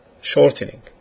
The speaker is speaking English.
shortening